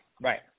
right